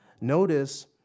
Notice